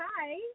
Hi